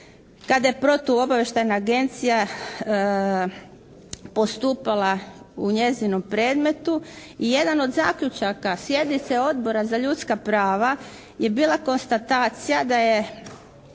kada je protuobavještajna agencija postupala u njezinu predmetu i jedan od zaključaka sjednice Odbora za ljudska prava je bila konstatacija da je